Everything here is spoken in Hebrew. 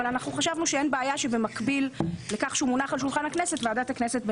אבל חשבנו שאין בעיה שבמקביל לכך שהוא מונח על שולחן ועדת הכנסת,